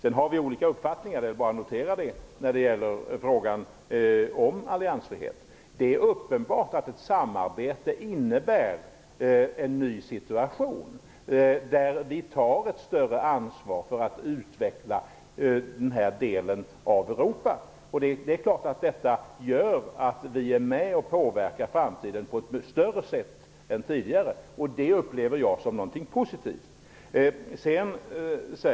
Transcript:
Vi har olika uppfattningar - det är bara att notera det - när det gäller frågan om alliansfrihet. Det är uppenbart att ett samarbete innebär en ny situation där vi tar ett större ansvar för att utveckla denna del av Europa. Det är klart att detta gör att vi är med och påverkar framtiden mer än tidigare. Det upplever jag som någonting positivt.